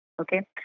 Okay